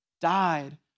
died